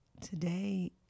Today